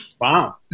Wow